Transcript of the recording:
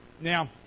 Now